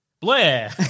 Blair